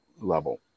level